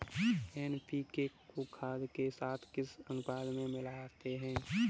NPK को खाद के साथ किस अनुपात में मिलाते हैं?